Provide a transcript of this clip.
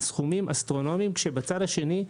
סכומים אסטרונומיים כשבצד השני,